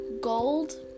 Gold